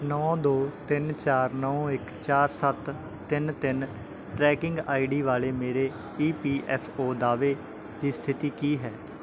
ਨੌ ਦੋ ਤਿੰਨ ਚਾਰ ਨੌ ਇੱਕ ਚਾਰ ਸੱਤ ਤਿੰਨ ਤਿੰਨ ਟਰੈਕਿੰਗ ਆਈ ਡੀ ਵਾਲੇ ਮੇਰੇ ਈ ਪੀ ਐਫ ਓ ਦਾਅਵੇ ਦੀ ਸਥਿਤੀ ਕੀ ਹੈ